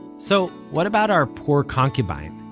so what about our poor concubine?